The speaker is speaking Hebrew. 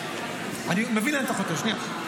אני מבין לאן אתה חותר, שנייה.